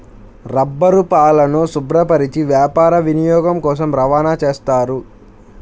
రబ్బరుపాలను శుభ్రపరచి వ్యాపార వినియోగం కోసం రవాణా చేస్తారు